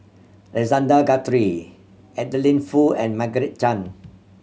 Alexander Guthrie Adeline Foo and Margaret Chan